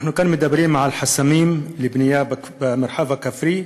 אנחנו מדברים כאן על חסמים לבנייה במרחב הכפרי,